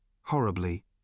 horribly